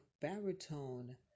baritone